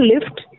lift